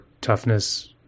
toughness